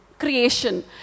Creation